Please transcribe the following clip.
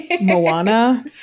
Moana